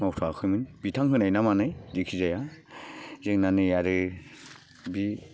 मावथ'आखैमोन बिथां होनाय ना मानाय जायखिजाया जोंना नै आरो बे